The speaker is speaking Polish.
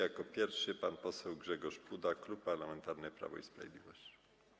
Jako pierwszy pan poseł Grzegorz Puda, Klub Parlamentarny Prawo i Sprawiedliwość.